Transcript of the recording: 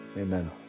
amen